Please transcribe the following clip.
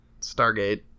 Stargate